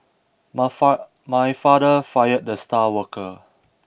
my my father fired the star worker